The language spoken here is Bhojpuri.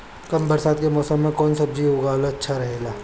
कम बरसात के मौसम में कउन सब्जी उगावल अच्छा रहेला?